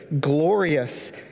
glorious